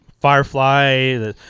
Firefly